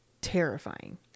terrifying